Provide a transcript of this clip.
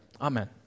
amen